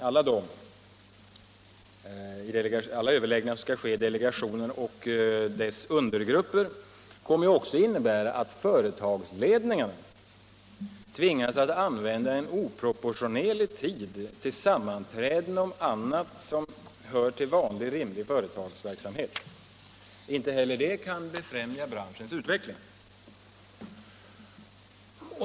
Alla dessa överläggningar som skall ske i delegationen och dess undergrupper kommer också att innebära att företagsledningarna tvingas använda en oproportionerlig tid till sammanträden om annat än det som hör till vanlig rimlig företagsverksamhet. Inte heller detta kan befrämja branschens utveckling.